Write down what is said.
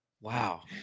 Wow